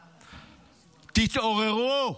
תתעוררו.